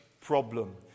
Problem